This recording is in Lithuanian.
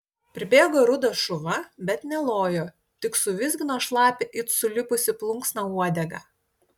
pribėgo rudas šuva bet nelojo tik suvizgino šlapią it sulipusi plunksna uodegą